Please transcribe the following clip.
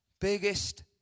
biggest